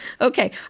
Okay